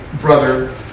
brother